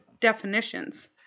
definitions